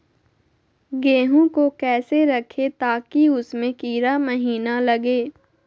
गेंहू को कैसे रखे ताकि उसमे कीड़ा महिना लगे?